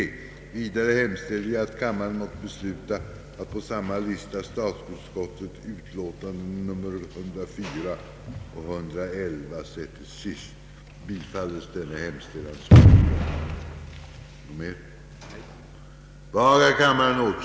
Vidare hemställer jag, att kammaren måtte besluta att på samma lista statsutskottets utlåtanden nr 104 och 111 sättes sist.